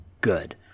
good